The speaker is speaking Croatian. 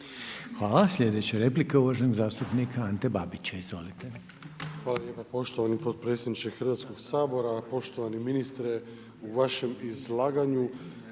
Hvala. Sljedeća je replika ona uvaženog zastupnika Ante Babića. Izvolite. **Babić, Ante (HDZ)** Hvala lijepo poštovani potpredsjedniče Hrvatskog sabora. Poštovani ministre, u vašem izlaganju